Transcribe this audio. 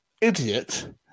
idiot